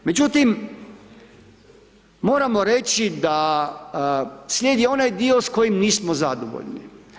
Međutim, moramo reći da slijedi onaj dio s kojim nismo zadovoljni.